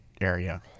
area